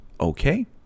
okay